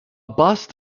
bust